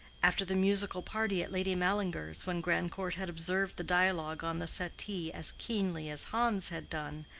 after the musical party at lady mallinger's, when grandcourt had observed the dialogue on the settee as keenly as hans had done,